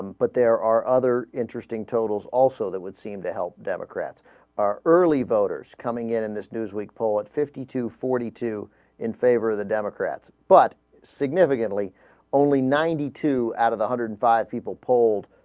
but there are other interesting totals also that would seem to help democrats are early voters coming in in this newsweek poll at fifty two forty two in favor the democrats but only ninety two out of the hundred and five people polled